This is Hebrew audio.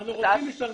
אנחנו רוצים השתלמויות.